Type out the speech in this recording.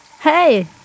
Hey